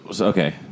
okay